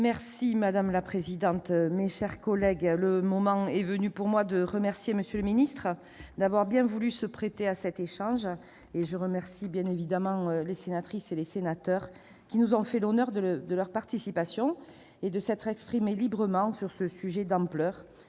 Madame la présidente, mes chers collègues, le moment est venu pour moi de remercier M. le ministre d'avoir bien voulu se prêter à cet échange. Je remercie bien évidemment les sénatrices et les sénateurs qui nous ont fait l'honneur de leur participation de s'être exprimés librement sur ce sujet d'ampleur,